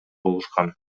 болушкан